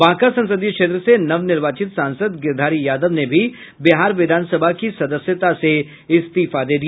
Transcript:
बांका संसदीय क्षेत्र से नवनिर्वाचित सांसद गिरधारी यादव ने भी बिहार विधानसभा की सदस्यता से इस्तीफा दे दिया